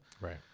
Right